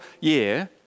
year